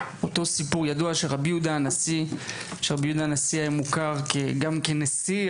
אותו סיפור ידוע שרבי יהודה הנשיא היה מוכר גם כנשיא,